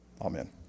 amen